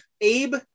Abe